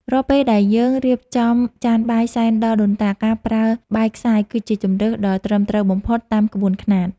រាល់ពេលដែលយើងរៀបចំចានបាយសែនដល់ដូនតា ការប្រើបាយខ្សាយ គឺជាជម្រើសដ៏ត្រឹមត្រូវបំផុតតាមក្បួនខ្នាត។